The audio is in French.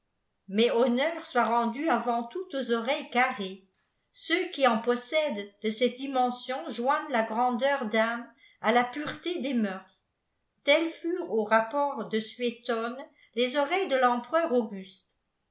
mais honneur soit rendu avant tout aux oreilles carrées çex qui en possèdent de celle dimension joignent la giandeufr ame a la pureté aes mœurs telles furedl àuf apôftiîestiéichfiè les oreîlles de empereur auguste